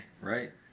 right